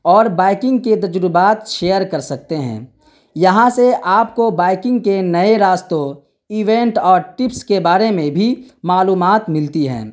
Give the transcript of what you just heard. اور بائکنگ کے تجربات شیئر کر سکتے ہیں یہاں سے آپ کو بائکنگ کے نئے راستوں ایونٹ اور ٹپس کے بارے میں بھی معلومات ملتی ہیں